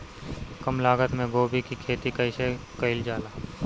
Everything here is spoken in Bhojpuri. कम लागत मे गोभी की खेती कइसे कइल जाला?